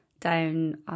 down